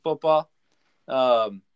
football